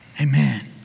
Amen